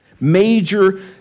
major